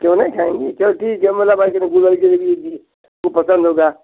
क्यों नहीं खाएंगी क्योंकि जलेबी को पसंद होगा